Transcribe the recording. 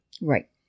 Right